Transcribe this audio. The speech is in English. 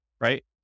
right